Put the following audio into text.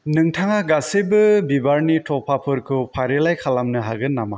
नोंथाङा गासैबो बिबारनि थफाफोरखौ फारिलाइ खालामनो हागोन नामा